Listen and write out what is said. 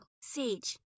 Sage